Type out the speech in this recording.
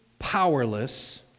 powerless